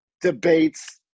debates